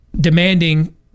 demanding